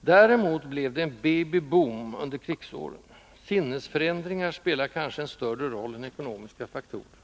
Däremot blev det en ”baby boom” under krigsåren: sinnesförändringar spelar kanske en större roll än ekonomiska faktorer.